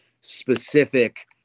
specific